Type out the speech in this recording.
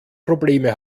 probleme